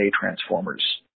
Transformers